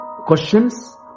Questions